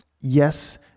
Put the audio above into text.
Yes